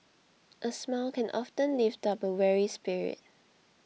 a smile can often lift up a weary spirit